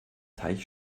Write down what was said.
teich